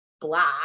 black